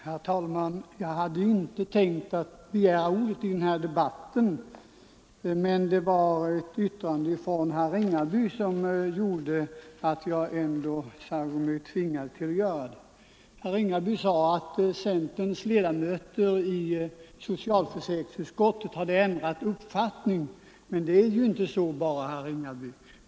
Herr talman! Jag hade inte tänkt att begära ordet i den här debatten, men det var ett yttrande av herr Ringaby som gjorde att jag ändå fann mig tvingad till det. Herr Ringaby sade att centerns ledamöter i socialförsäkringsutskottet hade ändrat uppfattning. Men så är det inte, herr Ringaby.